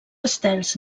estels